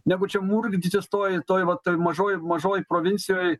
negu čia murkdytis toj toj va toj mažoj mažoj provincijoj